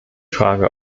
frage